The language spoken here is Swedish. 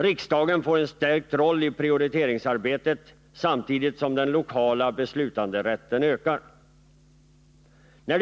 Riksdagen får en starkare ställning i prioriteringsarbetet samtidigt som den lokala beslutanderätten ökar.